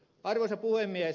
arvoisa puhemies